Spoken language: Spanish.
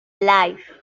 live